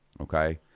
Okay